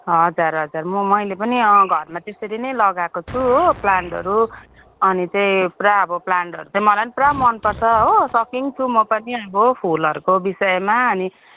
हजुर हजुर म मैले पनि अँ घरमा त्यसरी नै लगाएको छु हो प्लान्टहरू अनि चाहिँ पुरा अब प्लान्टहरू चाहिँ मलाई नि पुरा मन पर्छ हो सौकिन छु म पनि अब फुलहरूको विषयमा अनि